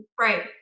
right